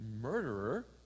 murderer